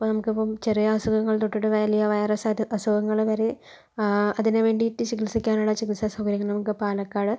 ഇപ്പോൾ നമുക്കിപ്പോൾ ചെറിയ അസുഖങ്ങൾ തൊട്ടിട്ട് വലിയ വൈറസായിട്ടു അസുഖങ്ങൾ വരെ അതിനു വേണ്ടിട്ടു ചികിത്സിക്കാനുള്ള ചികിത്സാ സൗകര്യങ്ങൾ നമുക്കു പാലക്കാട്